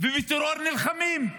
ובטרור נלחמים,